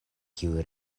kiuj